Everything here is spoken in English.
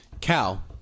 Cal